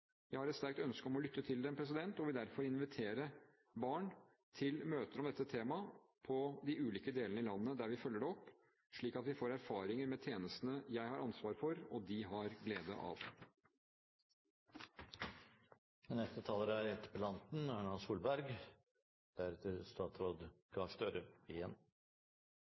vi i større grad lytte til deres erfaringer i en form som er tilpasset barn. Jeg har et sterkt ønske om å lytte til dem, og vil derfor invitere barn til møter om dette temaet i de ulike delene i landet der vi følger det opp, slik at vi får erfaringer med tjenestene jeg har ansvaret for, og de har glede av.